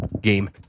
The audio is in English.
game